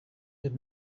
had